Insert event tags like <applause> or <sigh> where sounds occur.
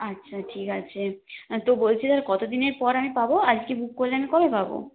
আচ্ছা ঠিক আছে তো বলছি <unintelligible> আর কত দিনের পর আমি পাব আজকে বুক করলে আমি কবে পাব